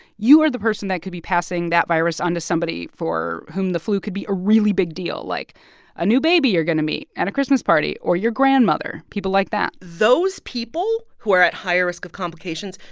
you are the person that could be passing that virus on to somebody for whom the flu could be a really big deal, like a new baby you're going to meet at a christmas party or your grandmother, people like that those people who are at higher risk of complications,